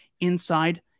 inside